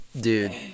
dude